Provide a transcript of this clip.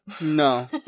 no